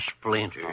splinter